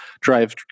drive